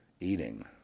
eating